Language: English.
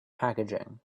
packaging